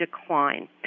decline